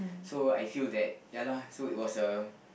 so I feel that ya lah so it was a